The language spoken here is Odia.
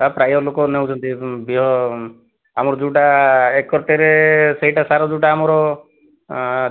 ତାହା ପ୍ରାୟ ଲୋକ ନେଉଛନ୍ତି ବ୍ୟୟ ଆମର ଯେଉଁଟା ଏକରଟେରେ ସେଇଟା ସାର ଯେଉଁଟା ଆମର